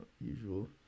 usual